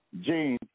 gene